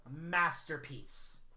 masterpiece